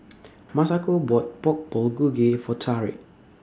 Masako bought Pork Bulgogi For Tarik